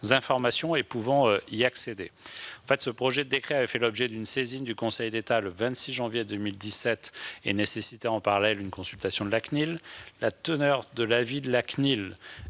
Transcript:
et pouvant y accéder. Ce projet de décret a fait l'objet d'une saisine du Conseil d'État le 26 janvier 2017 et a nécessité, en parallèle, une consultation de la CNIL. L'avis de cette